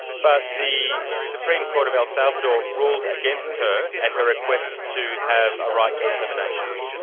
but the supreme court of el salvador ruled against her and her request to have a right to a termination.